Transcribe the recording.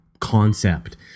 concept